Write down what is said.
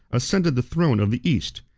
ascended the throne of the east.